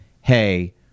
hey